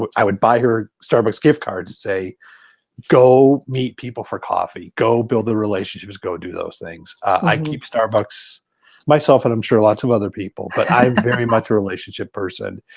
but i would buy her starbucks gift cards and say go meet people for coffee, go build the relationships, go do those things. i keep starbucks myself and i'm sure lots of other people but i'm very much a relationship person.